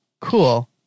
Cool